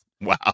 Wow